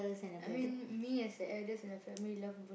I mean me as the edlest in the family love bul~